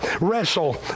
wrestle